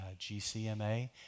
GCMA